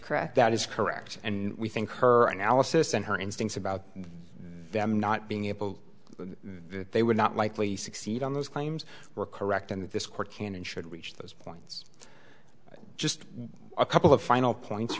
craft that is correct and we think her analysis and her instincts about them not being able they would not likely succeed on those claims were correct and that this court can and should reach those points just a couple of final points